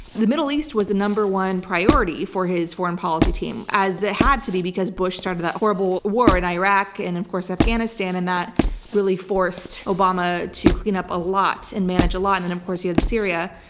the middle east was the number one priority for his foreign policy team, as it had to be because bush started that horrible war in iraq and of course afghanistan, and that really forced obama to clean up a lot and manage a lot. and then of course he had syria.